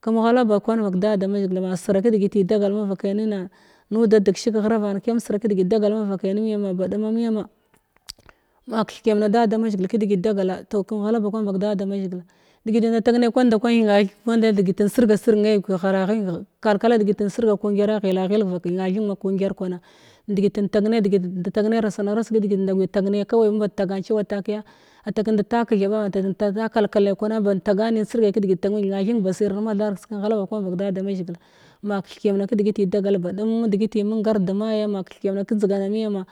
kamghala ba kwan vakda da mazhigil ma sira kadegiti dagal mavakai nina ghrava kiyama sira kedegit dagal mavakai nimyama ba duma niyama ma mketh kiyam na da da mazhigil kadegit dagada toh kamghala ba kwan vak da da mazhigila degit kwanda tag ne nda kwa thenathing tag me the degit inda sirga sing kalkal degit in sirga sirg bai kwan nda kwi kawai in ba tagan cewa taki a tag in ta kalaba matak inda ta kalkal ne kwana ban tagani in sirgai ma thar kaskai in ghala ba kwan vak da da mazhigil ma keth kiyam na kadagiti dagal ba dumn degiti munga arfe maya ma keth kiyam ba kanjdigana miyama